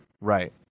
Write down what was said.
Right